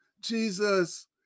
Jesus